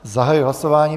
Zahajuji hlasování.